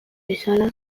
bezala